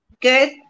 Good